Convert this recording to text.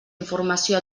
informació